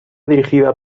dirigida